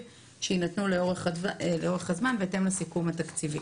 שיינתנו לאורך הזמן בהתאם לסיכום התקציבי.